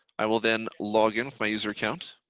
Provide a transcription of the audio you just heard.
i will then login with my user account.